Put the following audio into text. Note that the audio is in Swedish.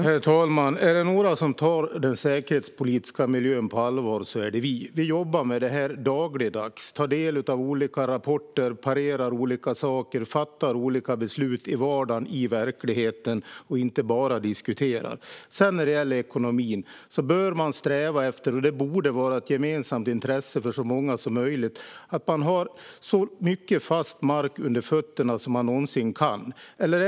Herr talman! Är det några som tar den säkerhetspolitiska miljön på allvar är det vi. Vi jobbar med det här dagligdags. Vi tar del av olika rapporter, parerar olika saker och fattar olika beslut i vardagen - i verkligheten. Vi diskuterar inte bara. När det gäller ekonomin bör man sträva efter att ha så mycket fast mark under fötterna man någonsin kan ha. Det borde vara ett gemensamt intresse för så många som möjligt.